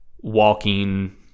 walking